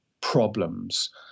problems